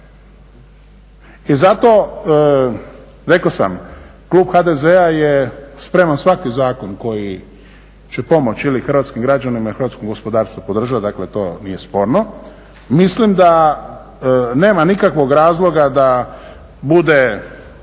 pomoći. Rekao sam klub HDZ-a je spreman svaki zakon koji će pomoći ili hrvatskim građanima ili hrvatskom gospodarstvu podržati dakle to nije sporno. Mislim da nema nikakvog razloga da bude